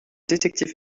détective